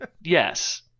yes